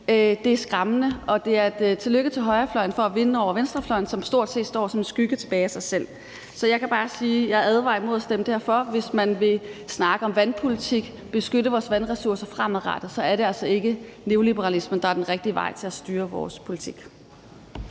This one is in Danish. Det er skræmmende. Tillykke til højrefløjen for at vinde over venstrefløjen, som stort set står tilbage som en skygge af sig selv. Så jeg kan bare sige, at jeg advarer imod at stemme for det her. Hvis man vil snakke om vandpolitik og om at beskytte vores vandressourcer fremadrettet, er det altså ikke neoliberalismen, der er den rigtige vej i forhold til at styre vores politik.